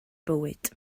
bywyd